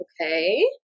Okay